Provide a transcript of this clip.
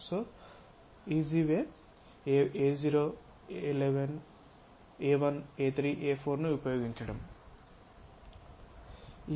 so సులభమైన మార్గం A0 sheet A11 sheet A3 A4 ను ఉపయోగించడం